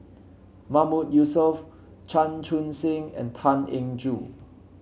Mahmood Yusof Chan Chun Sing and Tan Eng Joo